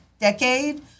decade